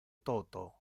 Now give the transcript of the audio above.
toto